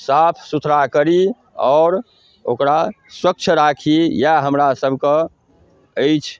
साफ सुथरा करी आओर ओकरा स्वच्छ राखी इएह हमरा सभके अछि